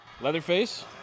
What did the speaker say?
Leatherface